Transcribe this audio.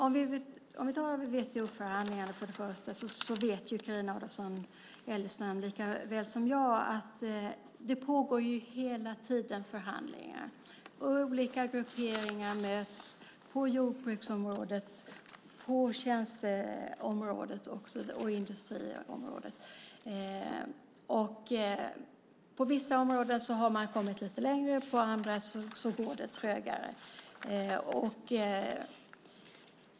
Fru talman! Om vi tar WTO-förhandlingarna först och främst vet Carina Adolfsson Elgestam lika väl som jag att det pågår förhandlingar hela tiden. Olika grupperingar möts på jordbruksområdet, på tjänsteområdet, på industriområdet och så vidare. På vissa områden har man kommit lite längre, och på andra går det trögare.